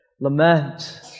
Lament